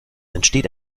entsteht